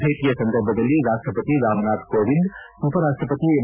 ಭೇಟಿಯ ಸಂದರ್ಭದಲ್ಲಿ ರಾಷ್ಷಪತಿ ರಾಮನಾಥ್ ಕೋವಿಂದ್ ಉಪರಾಷ್ಷಪತಿ ಎಂ